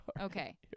Okay